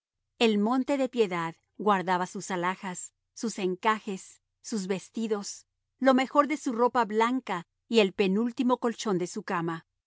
el monte de piedad guardaba sus alhajas sus encajes sus vestidos lo mejor de su ropa blanca y el penúltimo colchón de su cama